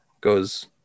goes